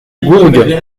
gourgue